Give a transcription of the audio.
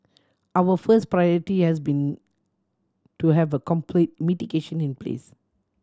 our first priority has been to have a complete mitigation in place